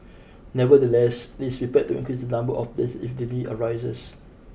nevertheless it is prepared to increase the number of places if the need arises